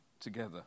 together